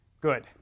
good